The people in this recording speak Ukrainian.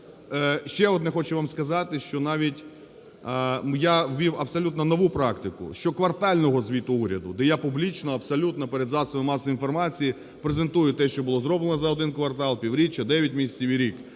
Ще одне хочу вам сказати, що навіть я ввів абсолютно нову практику щоквартального звіту уряду, де я публічно абсолютно перед засобами масової інформації презентую те, що було зроблено за один квартал, півріччя, 9 місяців і рік,